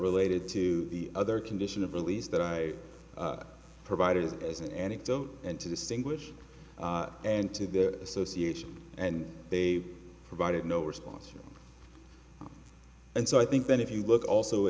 related to the other condition of release that i provided as an anecdote and to distinguish and to the association and they provided no response from and so i think then if you look also